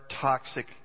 toxic